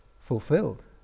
fulfilled